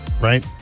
right